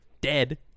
dead